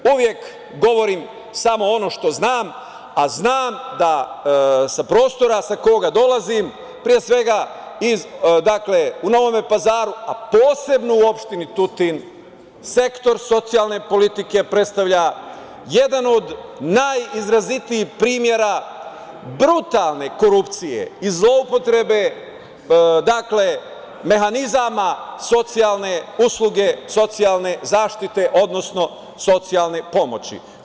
Uvek govorim samo ono što znam, a znam da sa prostora sa koga dolazim, u Novom Pazaru, a posebno u opštini Tutin, sektor socijalne politike predstavlja jedan od najizrazitijih primera brutalne korupcije i zloupotrebe mehanizama socijalne usluge, socijalne zaštite, odnosno socijalne pomoći.